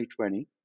2020